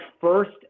first